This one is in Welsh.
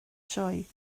sioe